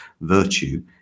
virtue